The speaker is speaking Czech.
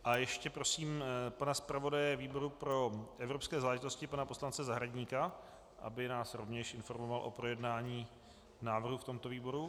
A ještě prosím pana zpravodaje výboru pro evropské záležitosti pana poslance Zahradníka, aby nás rovněž informoval o projednání návrhu v tomto výboru.